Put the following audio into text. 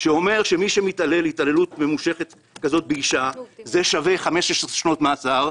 שאומר שמי שמתעלל התעללות ממושכת באישה זה שווה 15 שנות מאסר,